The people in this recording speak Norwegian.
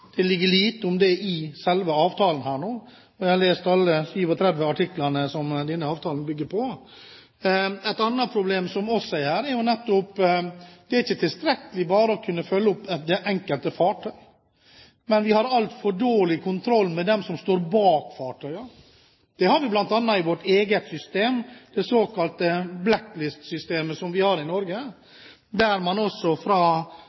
Det ligger lite om dette i selve avtalen – jeg har lest alle de 37 artiklene som denne avtalen bygger på. Et annet problem: Det er ikke tilstrekkelig å følge opp det enkelte fartøy. Vi har altfor dårlig kontroll med dem som står bak fartøyene, også i vårt eget system, det såkalte Black List-systemet. Man innrømmer fra direktoratets side at man i stor grad ikke klarer å gripe dem som